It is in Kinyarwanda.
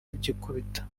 rugikubita